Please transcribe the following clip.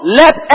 let